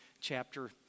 chapter